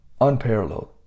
unparalleled